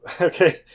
okay